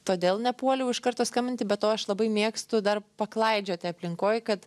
todėl nepuoliau iš karto skambinti be to aš labai mėgstu dar paklaidžioti aplinkoj kad